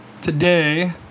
today